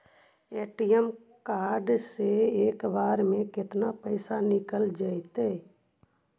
ATM card से एक बार में केतना पैसा निकल जइतै?